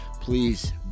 please